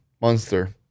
Monster